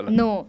no